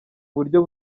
buryo